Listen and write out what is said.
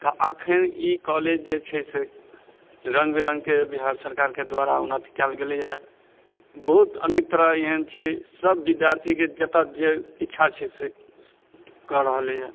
तऽ अखन ई कॉलेज जे छै से रङ्ग बिरङ्गके बिहार सरकारके द्वारा उन्नत कएल गेलैया बहुत अनेक तरह एहेन छै सब बिद्यार्थीके जतऽ जे इच्छा छै से कऽ रहलैया